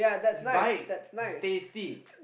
is right is tasty